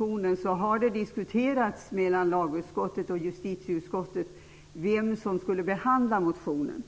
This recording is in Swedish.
och justitieutskottet har diskuterat vilket utskott som skulle behandla motionen.